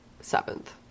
seventh